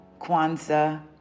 Kwanzaa